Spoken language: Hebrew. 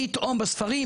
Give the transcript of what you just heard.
פתאום בספרים,